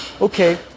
okay